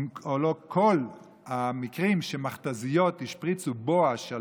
אם לא כל המקרים שבהם מכת"זיות השפריצו בואש על